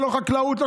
לא חקלאות,